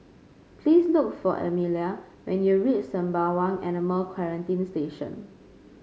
please look for Emilia when you reach Sembawang Animal Quarantine Station